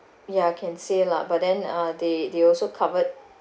ya can say lah but then uh they they also covered